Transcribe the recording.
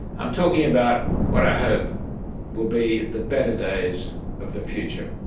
i'm talking about what i hope will be the better days of the future.